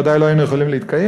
בוודאי לא היינו יכולים להתקיים.